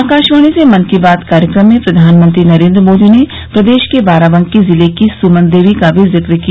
आकाशवाणी से मन की बात कार्यक्रम में प्रधानमंत्री नरेन्द्र मोदी ने प्रदेश के बाराबंकी जिले की सुमन देवी का भी जिक्र किया